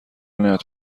نیاد